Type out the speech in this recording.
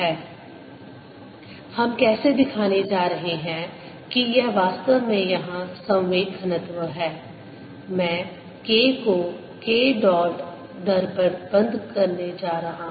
B0KS10EBσK0 Momentum density1c2σK00σK हम कैसे दिखाने जा रहे हैं कि यह वास्तव में यहाँ संवेग घनत्व है मैं K को K डॉट दर पर बंद करने जा रहा हूँ